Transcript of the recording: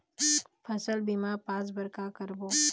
फसल बीमा पास बर का करबो?